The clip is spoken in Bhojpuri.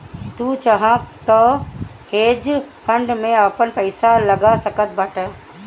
तू चाहअ तअ हेज फंड में आपन पईसा लगा सकत बाटअ